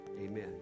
Amen